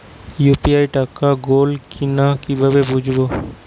UPI টাকা গোল কিনা কিভাবে বুঝব?